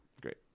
Great